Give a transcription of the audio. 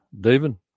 David